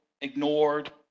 ignored